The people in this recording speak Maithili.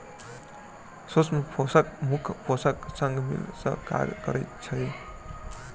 सूक्ष्म पोषक मुख्य पोषकक संग मिल क काज करैत छै